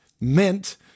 meant